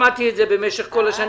שמעתי את זה כל השנים,